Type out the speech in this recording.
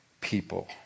people